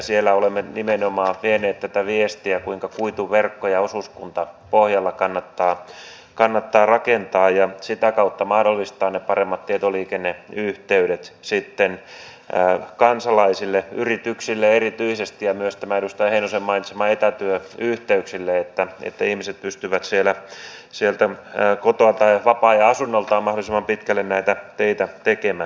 siellä olemme nimenomaan vieneet tätä viestiä kuinka kuituverkkoja osuuskuntapohjalta kannattaa rakentaa ja sitä kautta mahdollistaa ne paremmat tietoliikenneyhteydet sitten kansalaisille yrityksille erityisesti ja myös näiden edustaja heinosen mainitsemien etätyöyhteyksien vuoksi että ihmiset pystyvät sieltä kotoa tai vapaa ajan asunnoltaan mahdollisimman pitkälle näitä töitä tekemään